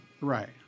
Right